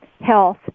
health